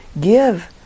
give